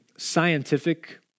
Scientific